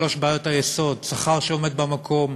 שלוש בעיות היסוד: שכר שעומד במקום,